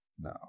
No